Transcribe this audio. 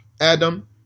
Adam